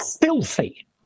filthy